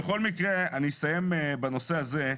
בכל מקרה, אני אסיים בנושא הזה.